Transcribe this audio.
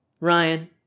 ryan